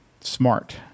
Smart